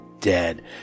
dead